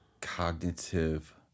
cognitive